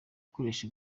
akoresha